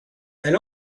elle